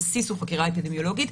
הבסיס הוא חקירה אפידמיולוגית.